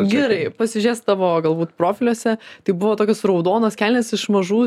gerai pasižės tavo galbūt profiliuose tai buvo tokios raudonos kelnės iš mažų